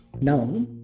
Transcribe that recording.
Now